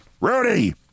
Rudy